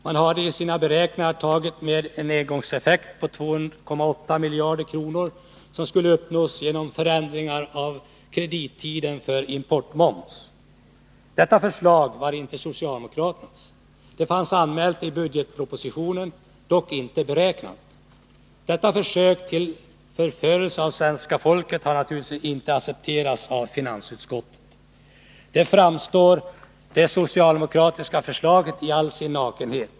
Man hade i sina beräkningar tagit med en engångseffekt på 2,8 miljarder kronor, som skulle uppnås genom förändringar av kredittiderna för importmoms. Detta förslag var inte socialdemokraternas. Det fanns anmält i budgetpropositionen, dock inte försett med beräkningar. Detta försök till förförelse av svenska folket har naturligtvis inte accepterats av finansutskottet. I utskottets betänkande framstår det socialdemokratiska förslaget i all sin nakenhet.